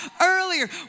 earlier